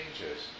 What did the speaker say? changes